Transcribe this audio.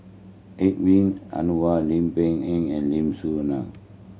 Hedwig Anuar Lim Peng Yan and Lim Soo Ngee